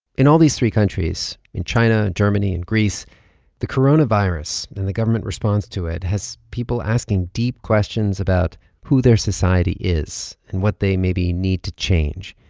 in all these three countries in china, germany and greece the coronavirus and the government response to it has people asking deep questions about who their society is and what they maybe need to change.